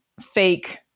fake